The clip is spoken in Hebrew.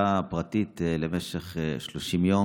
החקיקה הפרטית למשך 30 יום.